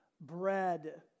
bread